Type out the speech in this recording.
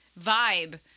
vibe